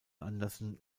anderson